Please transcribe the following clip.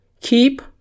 Keep